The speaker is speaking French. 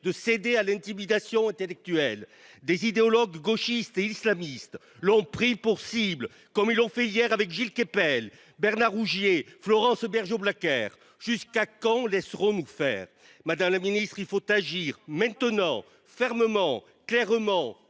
de céder à l’intimidation intellectuelle. Des idéologues gauchistes et islamistes l’ont pris pour cible, comme ils l’ont fait hier avec Gilles Kepel, Bernard Rougier ou Florence Bergeaud Blackler. Jusqu’à quand laisserons nous faire ? Madame la ministre, il faut agir maintenant, fermement, clairement,